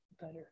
better